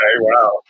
wow